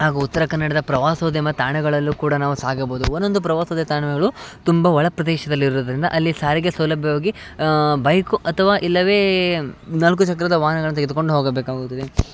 ಹಾಗೂ ಉತ್ತರ ಕನ್ನಡದ ಪ್ರವಾಸೋದ್ಯಮ ತಾಣಗಳಲ್ಲೂ ಕೂಡ ನಾವು ಸಾಗಬೌದು ಒಂದೊಂದು ಪ್ರವಾಸದ ತಾಣಗಳು ತುಂಬ ಒಳ ಪ್ರದೇಶದಲ್ಲಿರೋದರಿಂದ ಅಲ್ಲಿ ಸಾರಿಗೆ ಸೌಲಭ್ಯವಾಗಿ ಬೈಕು ಅಥವಾ ಇಲ್ಲವೇ ನಾಲ್ಕು ಚಕ್ರದ ವಾಹನಗಳನ್ನು ತೆಗೆದುಕೊಂಡು ಹೋಗಬೇಕಾಗುತ್ತದೆ